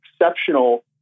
exceptional